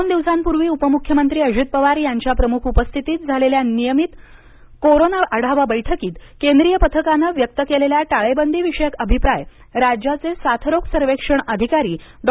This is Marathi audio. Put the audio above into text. दोन दिवसांपूर्वी उपमुख्यमंत्री अजित पवार यांच्या प्रमुख उपस्थितीत झालेल्या नियमित कोरोना आढावा बैठकीत केंद्रीय पथकानं व्यक्त केलेला टाळेबंदीविषयक अभिप्राय राज्याचे साथरोग सर्वेक्षण अधिकारी डॉ